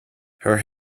her